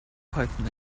python